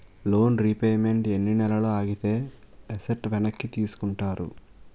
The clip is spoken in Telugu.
లోన్ రీపేమెంట్ ఎన్ని నెలలు ఆగితే ఎసట్ వెనక్కి తీసుకుంటారు?